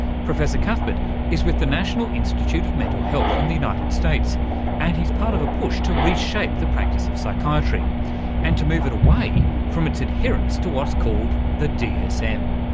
professor cuthbert is with the national institute of mental health in the united states and he's part of a push to reshape the practice of psychiatry and to move it away from its adherence to what's called the dsm,